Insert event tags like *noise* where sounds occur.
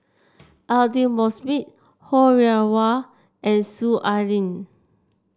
*noise* Aidli Mosbit Ho Rih Hwa and Soon Ai Ling